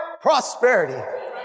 prosperity